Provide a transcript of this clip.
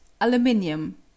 aluminium